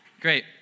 Great